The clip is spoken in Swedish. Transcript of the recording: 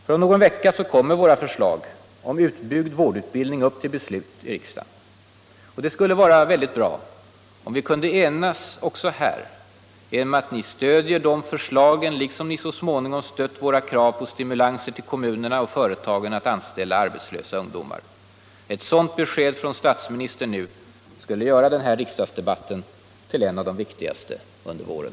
Ty om någon vecka kommer våra förslag om utbyggd vårdutbildning upp till beslut här i riksdagen. Det skulle vara bra om vi kunde enas också här genom att ni stödjer de förslagen, liksom ni så småningom stött våra krav på stimulanser till kommunerna och företagen att anställa arbetslösa ungdomar. Ett sådant besked från statsministern nu skulle göra den här riksdagsdebatten till en av de viktigaste under våren.